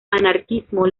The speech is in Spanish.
anarquismo